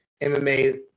MMA